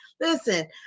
listen